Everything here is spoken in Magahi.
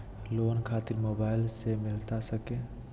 लोन खातिर मोबाइल से मिलता सके?